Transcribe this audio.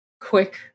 quick